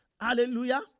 Hallelujah